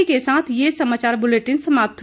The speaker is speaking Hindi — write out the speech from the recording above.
इसी के साथ ये समाचार बुलेटिन समाप्त हुआ